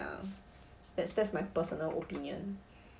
ya that's that's my personal opinion